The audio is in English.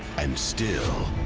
and still,